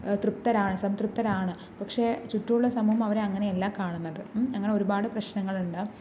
തൃപ്തരാണ് സംതൃപ്തനാണ് പക്ഷേ ചുറ്റുമുള്ള സമൂഹം അവരെ അങ്ങനെയല്ല കാണുന്നത് അങ്ങനെ ഒരുപാട് പ്രശ്നങ്ങൾ ഉണ്ട്